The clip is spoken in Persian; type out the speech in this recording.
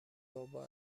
بابا